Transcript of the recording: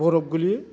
बरफ गोलैयो